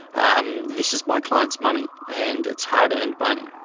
umm. this is my client's money and it's hard earned money.